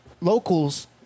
locals